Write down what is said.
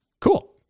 Cool